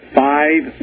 five